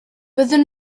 byddwn